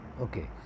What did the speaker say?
okay